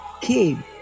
came